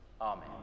Amen